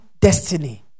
destiny